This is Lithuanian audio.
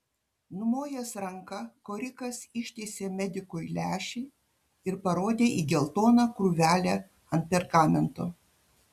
numojęs ranka korikas ištiesė medikui lęšį ir parodė į geltoną krūvelę ant pergamento